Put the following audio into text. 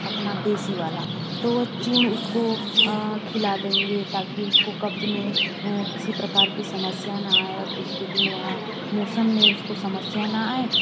अपना देसी वाला तो वह चूर्ण उसको खिला देंगे ताकि उसको कब्ज में किसी प्रकार की समस्या ना आए और दूसरे दिन वहां मोशन में उसको समस्या ना आए